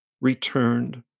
returned